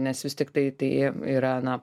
nes vis tiktai tai yra na